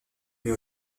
mais